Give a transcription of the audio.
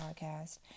podcast